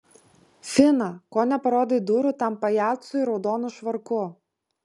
fina ko neparodai durų tam pajacui raudonu švarku